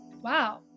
Wow